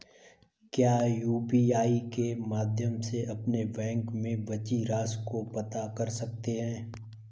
क्या यू.पी.आई के माध्यम से अपने बैंक में बची राशि को पता कर सकते हैं?